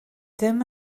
dim